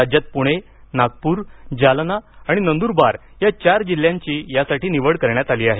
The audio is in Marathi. राज्यात पुणे नागपूर जालना आणि नंदूरबार या चार जिल्ह्यांची यासाठी निवड करण्यात आली आहे